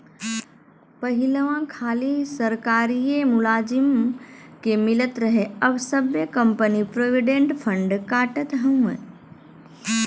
पहिलवा खाली सरकारिए मुलाजिम के मिलत रहे अब सब्बे कंपनी प्रोविडेंट फ़ंड काटत हौ